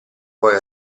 poi